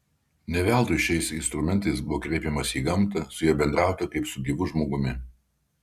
ne veltui šiais instrumentais buvo kreipiamasi į gamtą su ja bendrauta kaip su gyvu žmogumi